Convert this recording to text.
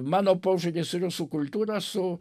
mano požiūris į rusų kultūrą su